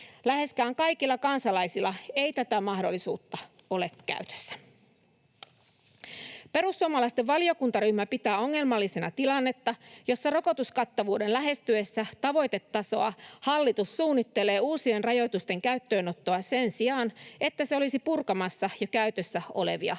Läheskään kaikilla kansalaisilla ei tätä mahdollisuutta ole käytössä. Perussuomalaisten valiokuntaryhmä pitää ongelmallisena tilannetta, jossa rokotuskattavuuden lähestyessä tavoitetasoa hallitus suunnittelee uusien rajoitusten käyttöönottoa sen sijaan, että se olisi purkamassa jo käytössä olevia rajoituksia.